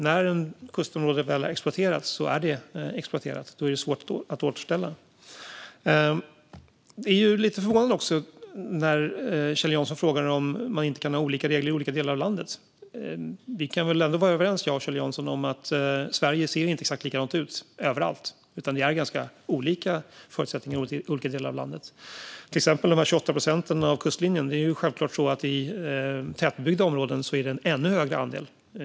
När ett kustområde väl har exploaterats är det exploaterat, och då är det svårt att återställa. Det är också lite förvånande när Kjell Jansson frågar om man inte kan ha olika regler i olika delar av landet. Kjell Jansson och jag kan väl ändå vara överens om att Sverige inte ser exakt likadant ut överallt, utan det är ganska olika förutsättningar i olika delar av landet. När det till exempel gäller de 28 procenten av kustlinjen är det självklart så att i tätbebyggda områden är det en ännu högre andel.